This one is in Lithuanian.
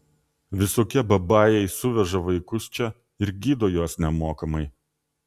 visokie babajai suveža vaikus čia ir gydo juos nemokamai